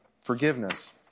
Forgiveness